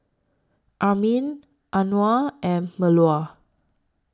Amrin Anuar and Melur